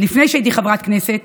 עוד לפני שהייתי חברת כנסת,